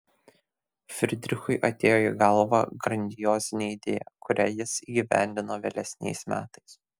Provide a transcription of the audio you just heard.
fridrichui atėjo į galvą grandiozinė idėja kurią jis įgyvendino vėlesniais metais